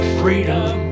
freedom